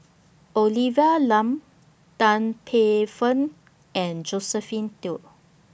Olivia Lum Tan Paey Fern and Josephine Teo